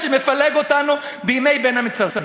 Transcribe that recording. שמפלג אותנו בימי בין המצרים.